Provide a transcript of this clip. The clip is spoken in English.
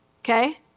Okay